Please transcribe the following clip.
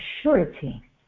surety